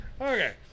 Okay